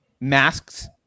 masks